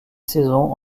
saisons